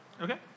Okay